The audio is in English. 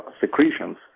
secretions